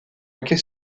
hockey